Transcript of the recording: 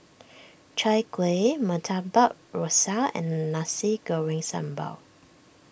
Chai Kueh Murtabak Rusa and Nasi Goreng Sambal